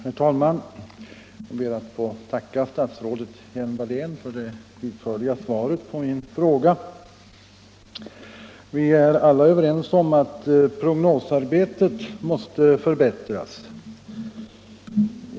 Herr talman! Jag ber att få tacka fru statsrådet Hjelm-Wallén för det utförliga svaret på min fråga. Vi är alla ense om att prognosarbetet måste förbättras.